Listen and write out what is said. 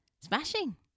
Smashing